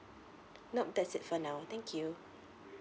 no that's it for now thank you